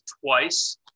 twice